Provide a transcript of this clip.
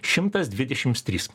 šimtas dvidešims trys